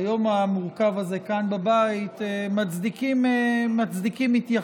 היום המורכב הזה כאן בבית, מצדיקים התייחסות,